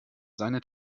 seine